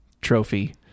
trophy